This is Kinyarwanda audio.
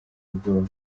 ubwoba